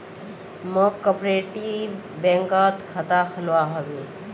मौक कॉपरेटिव बैंकत खाता खोलवा हबे